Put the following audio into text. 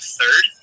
third